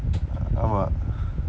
ஆமாம்:aamaam